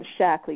Shackley